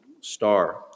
star